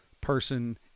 person